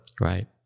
Right